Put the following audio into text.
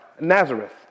Nazareth